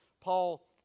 Paul